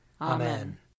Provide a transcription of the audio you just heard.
Amen